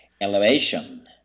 elevation